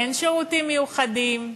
אין שירותים מיוחדים,